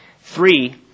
Three